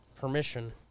permission